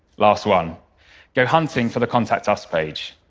last one go hunting for the contact us page.